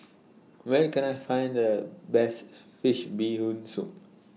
Where Can I Find The Best Fish Bee Hoon Soup